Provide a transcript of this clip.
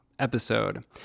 Episode